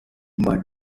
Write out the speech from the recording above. but